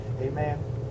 Amen